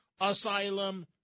asylum